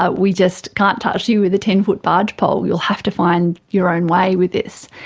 ah we just can't touch you with a ten foot barge pole, you'll have to find your own way with this.